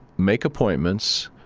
make appointments.